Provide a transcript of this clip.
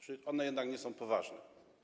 Czy one jednak nie są poważne?